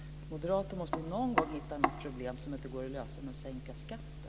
Moderaterna måste någon gång hitta något problem som inte går att lösa med att sänka skatten.